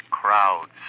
crowds